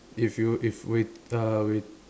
if you if you if Wei~ uh Wei~